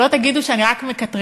שלא תגידו שאני רק מקטרגת.